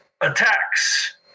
attacks